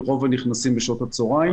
רוב הנכנסים מגיעים בשעות הצוהריים.